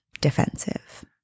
defensive